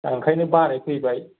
दा ओंखायनो बानाय फैबाय